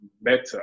better